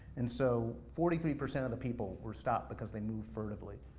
and so forty three percent of the people were stopped because they moved furtively.